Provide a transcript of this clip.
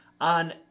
on